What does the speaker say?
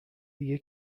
دیگه